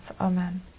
Amen